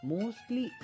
Mostly